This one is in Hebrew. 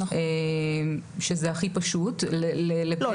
שזה הכי פשוט --- לא,